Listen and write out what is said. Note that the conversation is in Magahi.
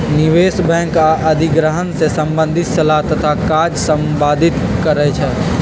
निवेश बैंक आऽ अधिग्रहण से संबंधित सलाह तथा काज संपादित करइ छै